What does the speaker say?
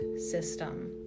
system